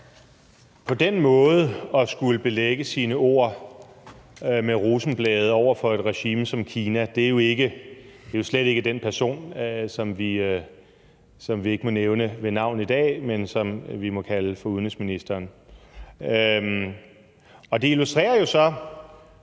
på den måde at skulle belægge sine ord med rosenblade over for et regime som Kina. Det er jo slet ikke den person, som vi ikke må nævne ved navn i dag, men som vi må kalde for udenrigsministeren. Det illustrerer jo så